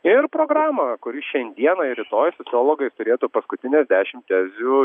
ir programą kuri šiandieną ir rytoj sociologai turėtų paskutines dešimt tezių